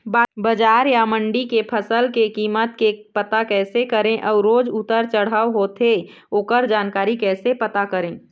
बजार या मंडी के फसल के कीमत के पता कैसे करें अऊ रोज उतर चढ़व चढ़व होथे ओकर जानकारी कैसे पता करें?